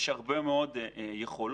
יש הרבה מאוד יכולות